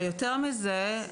יותר מזה,